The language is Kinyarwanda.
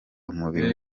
umubiri